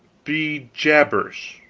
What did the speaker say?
be jabers.